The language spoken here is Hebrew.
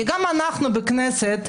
כי גם אנחנו בכנסת,